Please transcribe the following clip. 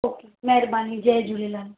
okay महिरबानी जय झूलेलाल